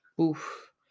Oof